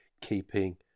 keeping